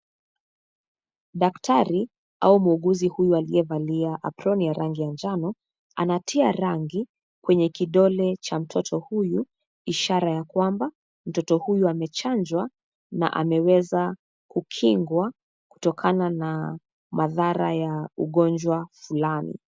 Daktari au muuguzi huyu aliyevalia aproni ya rangi ya njano, anatia rangi kwenye kidole cha mtoto huyu, ishara ya kwamba mtoto huyu amechanjwa na ameweza kukingwa kutokana na madhara ya ugonjwa fulani.